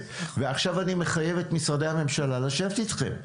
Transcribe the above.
ועכשיו אני מחייב את משרדי הממשלה לשבת איתכם,